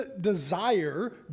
desire